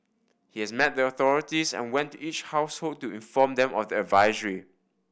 he has met the authorities and went to each household to inform them of the advisory